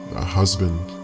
a husband.